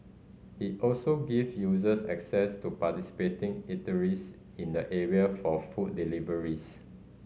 it also give users access to participating eateries in the area for food deliveries